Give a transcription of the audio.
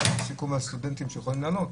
היה הרי סיכום על סטודנטים שיכולים לעלות,